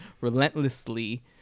relentlessly